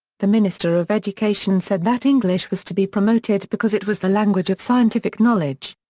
the minister of education said that english was to be promoted because it was the language of scientific knowledge.